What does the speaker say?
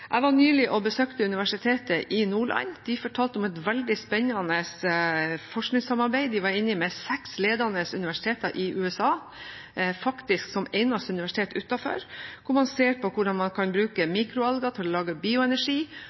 Jeg besøkte nylig Universitetet i Nordland. De fortalte om et veldig spennende forskningssamarbeid som de var inne i, med seks ledende universiteter i USA – faktisk som eneste universitet utenfor USA – hvor man ser på hvordan man kan bruke mikroalger til å lage bioenergi.